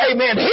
Amen